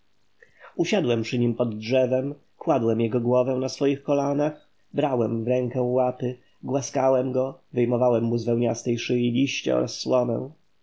usiadłem przy nim pod drzewem kładłem jego głowę na swoich kolanach brałem w rękę łapy głaskałem go wyjmowałem mu z wełniastej szyi liście oraz